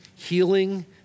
Healing